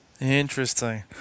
Interesting